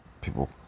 people